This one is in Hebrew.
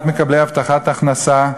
רבבת מקבלי הבטחת הכנסה?"